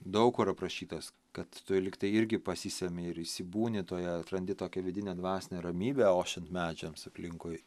daug kur aprašytas kad tu lygtai irgi pasisemi ir įsibūni toje atrandi tokią vidinę dvasinę ramybę ošiant medžiams aplinkui